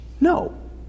No